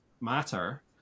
matter